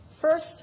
first